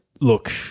Look